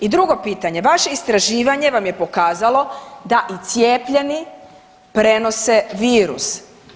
I drugo pitanje, vaše istraživanje vam je pokazalo da i cijepljeni prenose virus.